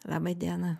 laba diena